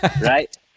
right